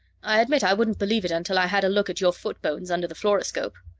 i admit i wouldn't believe it until i had a look at your foot bones under the fluoroscope.